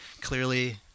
clearly